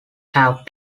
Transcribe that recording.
have